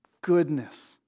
Goodness